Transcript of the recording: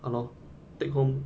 around take home